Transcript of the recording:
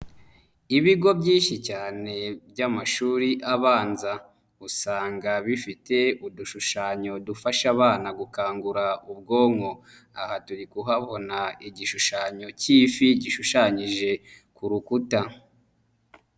Ibigo byinshi cyane by'amashuri abanza, usanga bifite udushushanyo dufasha abana gukangura ubwonko. Aha turi kuhabona igishushanyo cy'ifi gishushanyije ku rukuta.